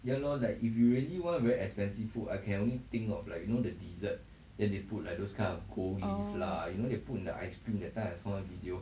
oh